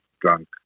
drunk